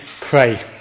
pray